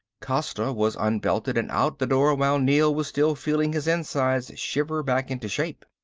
costa was unbelted and out the door while neel was still feeling his insides shiver back into shape.